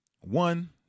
one